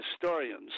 historians